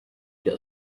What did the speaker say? get